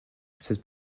cette